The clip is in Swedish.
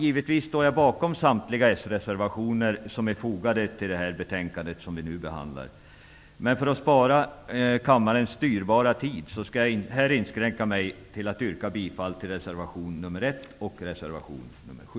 Givetvis står jag bakom samtliga de sreservationer som är fogade till det betänkande vi nu behandlar, men för att spara kammarens dyrbara tid skall jag här inskränka mig till att yrka bifall till reservationerna nr 1 och 7.